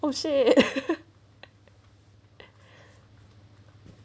oh shit